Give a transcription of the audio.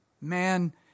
man